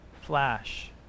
flash